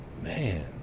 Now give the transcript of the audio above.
man